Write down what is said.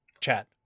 chat